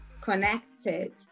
connected